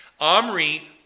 Omri